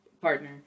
partner